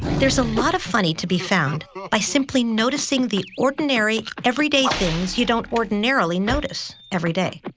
there's a lot of funny to be found by simply noticing the ordinary, everyday things you don't ordinarily notice everyday.